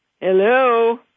Hello